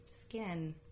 skin